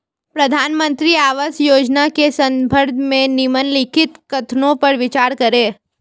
प्रधानमंत्री आवास योजना के संदर्भ में निम्नलिखित कथनों पर विचार करें?